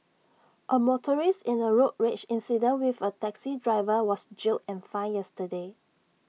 A motorist in A road rage incident with A taxi driver was jailed and fined yesterday